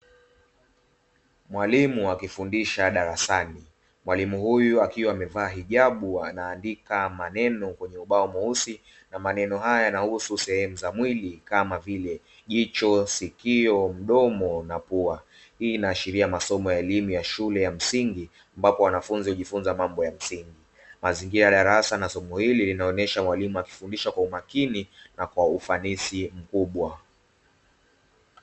Mwalimu akifundisha darasani; mwalimu huyu akiwa amevaa hijabu anaandika maneno kwenye ubao mweusi, na maneno haya yanahusu sehemu za mwili kama vile: jicho, sikio, mdomo na pua. Hii inaaashiria masomo ya elimu ya shule ya msingi ambapo wanafunzi hujifunza mambo ya msingi, mazingira ya darasa na somo hili inaonyesha mwalimu akifundisha kwa umakini na kwa ufanisi mkubwa.